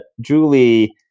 Julie